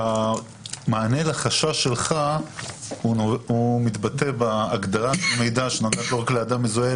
המענה לחשש שלך מתבטא בהגדרת המידע שנוגעת לא רק ל"אדם מזוהה",